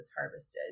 harvested